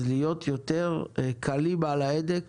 אז להיות יותר קלים על ההדק